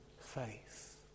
faith